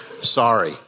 Sorry